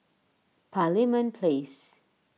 Parliament Place